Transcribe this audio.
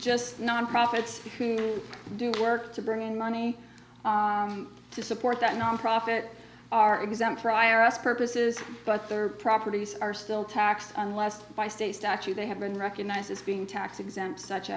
just nonprofits who do work to bring money to support that nonprofit are exempt for i r s purposes but their properties are still taxed unless by state statute they have been recognized as being tax exempt such